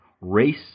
Race